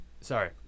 Sorry